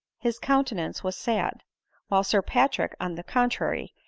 his coun tenance was sad while sir patrick, on the contrary,